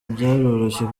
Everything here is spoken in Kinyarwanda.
byaroroshye